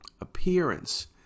appearance